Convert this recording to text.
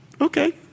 okay